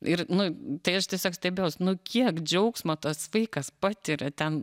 ir nu tai aš tiesiog stebėjaus nu kiek džiaugsmo tas vaikas patiria ten